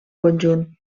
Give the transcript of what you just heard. conjunt